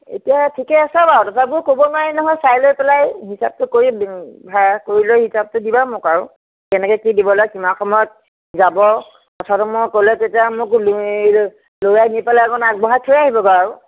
এতিয়া ঠিকে আছে বাৰু তথাপিও ক'ব নোৱাৰি নহয় চাই লৈ পেলাই হিচাপতো কৰি ভাড়া কৰি লৈ হিচাপতো দিবা মোক আৰু কেনেকৈ কি দিব লাগে কিমান সময়ত যাব কথাটো মোক ক'লে তেতিয়া মোক ল'ৰাই নি পেলাই অকণ আগবঢ়াই থৈ আহিবগৈ আৰু